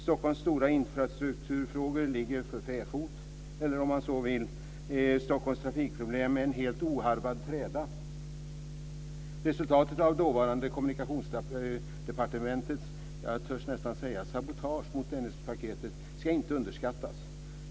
Stockholms stora infrastrukturfrågor ligger för fäfot eller, om man så vill, Stockholms trafikproblem är en helt oharvad träda. Resultatet av dåvarande Kommunikationsdepartementets, jag törs nästan säga, sabotage mot Dennispaketet ska inte underskattas.